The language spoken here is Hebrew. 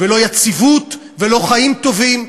ולא יציבות ולא חיים טובים.